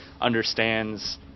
understands